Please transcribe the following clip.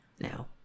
Now